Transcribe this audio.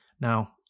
Now